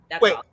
Wait